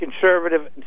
conservative